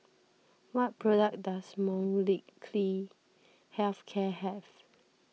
what products does Molnylcke Health Care have